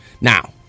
Now